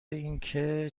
اینکه